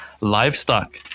livestock